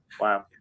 Wow